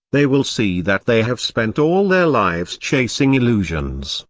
they will see that they have spent all their lives chasing illusions,